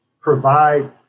provide